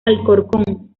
alcorcón